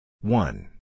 one